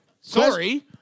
Sorry